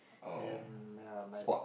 and err my